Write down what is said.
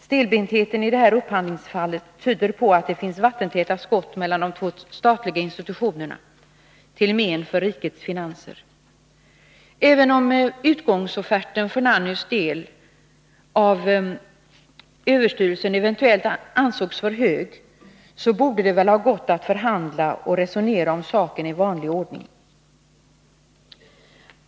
Stelbentheten i det här upphandlingsfallet tyder på att det finns vattentäta skott mellan de två statliga institutionerna, till men för rikets finanser. Även om utgångsofferten för Nannys del av överstyrelsen eventuellt ansågs för hög, borde det väl ha gått att förhandla och resonera om saken i vanlig ordning.